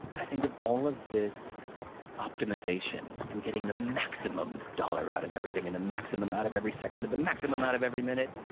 i think of all of this ah maximization, and getting the maximum dollar out of everything, and the maximum out of every second, and the maximum out of every minute,